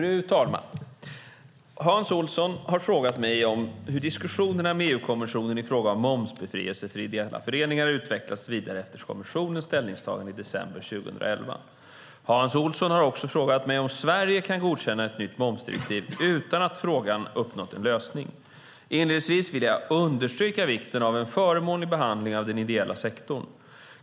Fru talman! Hans Olsson har frågat mig hur diskussionerna med EU-kommissionen i fråga om momsbefrielse för ideella föreningar har utvecklats vidare efter kommissionens ställningstagande i december 2011. Hans Olsson har också frågat mig om Sverige kan godkänna ett nytt momsdirektiv utan att frågan uppnått en lösning. Inledningsvis vill jag understryka vikten av en förmånlig behandling av den ideella sektorn.